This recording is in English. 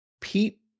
Pete